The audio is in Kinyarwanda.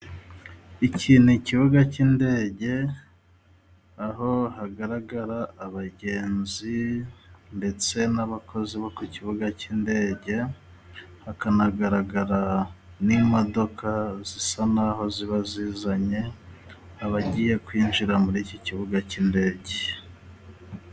Iki ni ikibuga cy'indege aho hagaragara abagenzi ndetse n'abakozi bo ku kibuga cy'indege, hakanagaragara n'imodoka zisa naho ziba zizanye abagiye kwinjira muri iki kibuga cy'indege.